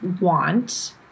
want